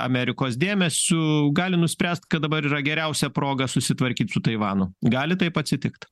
amerikos dėmesiu gali nuspręst kad dabar yra geriausia proga susitvarkyt su taivanu gali taip atsitikt